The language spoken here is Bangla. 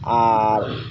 আর